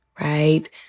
Right